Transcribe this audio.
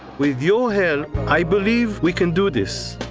with your help, i believe we can do this.